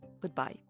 goodbye